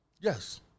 Yes